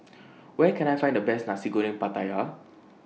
Where Can I Find The Best Nasi Goreng Pattaya